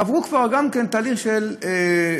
עברו כבר תהליך של דיגיטציה,